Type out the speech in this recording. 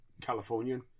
Californian